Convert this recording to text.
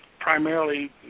primarily